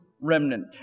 remnant